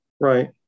Right